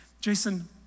Jason